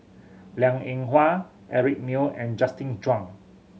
Liang Eng Hwa Eric Neo and Justin Zhuang